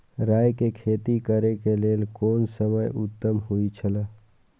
राय के खेती करे के लेल कोन समय उत्तम हुए छला?